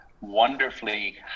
wonderfully